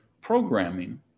programming